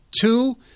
two